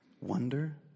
wonder